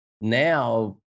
now